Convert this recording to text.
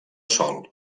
sol